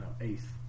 eighth